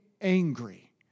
angry